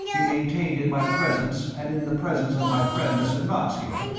he maintained in my presence and in the presence of my friend, mr. knox, here,